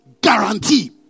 guarantee